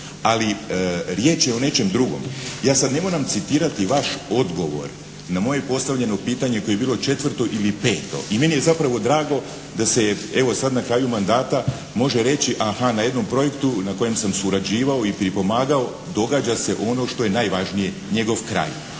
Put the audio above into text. Ali riječ je o nečem drugom. Ja sad ne moram citirati vaš odgovor na moje postavljeno pitanje koje je bilo četvrto ili peto. I meni je zapravo drago da se je evo, sad na kraju mandata može reći, aha, na jednom projektu na kojem sam surađivao i pripomagao događa se ono što je najvažnije, njegov kraj.